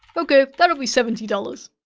okay, that'll be seventy dollars.